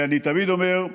אני תמיד אומר: